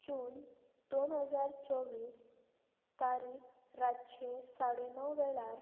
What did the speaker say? जून दोन हजार चोवीस तारीख रातचे साडे णव वेळार